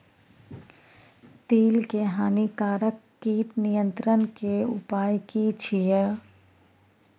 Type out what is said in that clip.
तिल के हानिकारक कीट नियंत्रण के उपाय की छिये?